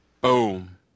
boom